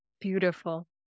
Beautiful